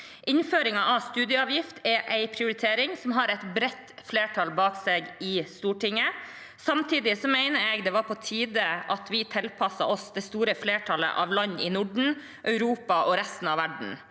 Innføringen av studieavgift er en prioritering som har et bredt flertall bak seg i Stortinget. Samtidig mener jeg det var på tide at vi tilpasset oss det store flertallet av land i Norden, Europa og resten av verden.